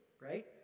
Right